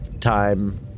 time